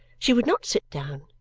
she would not sit down,